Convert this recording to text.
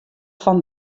fan